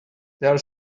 are